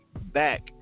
back